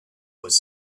was